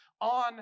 on